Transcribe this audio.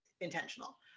intentional